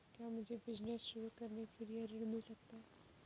क्या मुझे बिजनेस शुरू करने के लिए ऋण मिल सकता है?